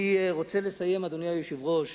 אני רוצה לסיים, אדוני היושב-ראש,